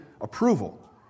approval